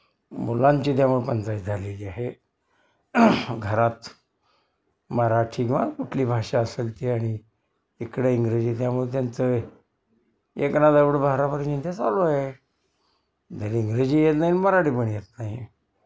मुलांची त्यामुळे पंचाईत झालेली आहे घरात मराठी किंवा कुठली भाषा असेल ती आणि इकडं इंग्रजी त्यामुळे त्यांचं एक ना धड भाराभर चिंध्या चालू आहे धड इंग्रजी येत नाही न मराठी पण येत नाही